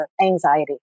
anxiety